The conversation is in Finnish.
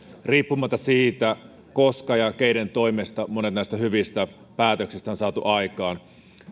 riippumatta siitä koska ja keiden toimesta monet näistä hyvistä päätöksistä on saatu aikaan